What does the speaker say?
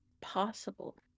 possible